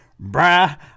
Bruh